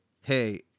hey